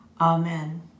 Amen